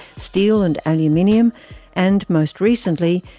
steel and aluminium and, most recently,